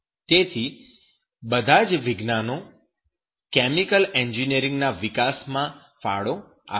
તેથી બધા જ વિજ્ઞાનો કેમિકલ એન્જિનિયરીંગના વિકાસ માં ફાળો આપશે